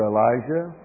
Elijah